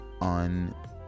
on